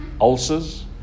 ulcers